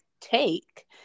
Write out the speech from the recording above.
take